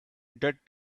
that